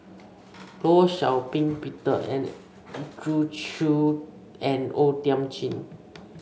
Law Shau Ping Peter Andrew Chew and O Thiam Chin